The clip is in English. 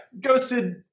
Ghosted